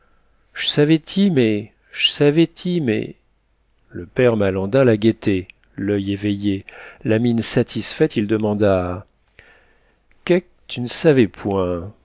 j'savais ti mé j'savais ti mé le père malandain la guettait l'oeil éveillé la mine satisfaite il demanda quéque tu ne savais point